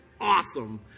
awesome